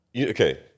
Okay